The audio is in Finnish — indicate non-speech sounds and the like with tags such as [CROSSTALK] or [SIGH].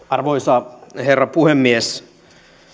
[UNINTELLIGIBLE] arvoisa herra puhemies